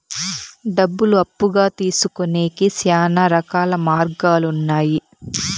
డబ్బులు అప్పుగా తీసుకొనేకి శ్యానా రకాల మార్గాలు ఉన్నాయి